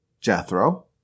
Jethro